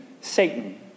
Satan